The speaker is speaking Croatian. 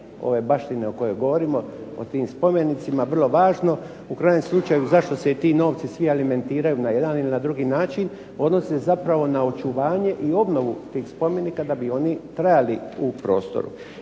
ove baštine o kojoj govorimo, o tim spomenicima vrlo važno. U krajnjem slučaju zašto se i ti novci svi alimentiraju na jedan ili na drugi način. Odnosi se zapravo na očuvanje i obnovu tih spomenika da bi oni trajali u prostoru.